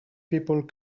people